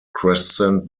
crescent